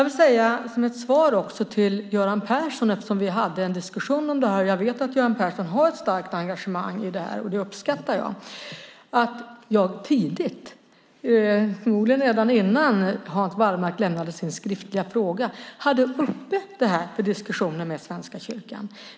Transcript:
Som svar till Göran Persson vill jag säga - eftersom vi hade en diskussion om det och jag vet att han har ett starkt engagemang i saken, vilket jag uppskattar - att jag tidigt, förmodligen redan innan Hans Wallmark lämnade in sin skriftliga fråga, hade uppe frågan för diskussioner med Svenska kyrkan.